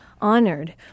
honored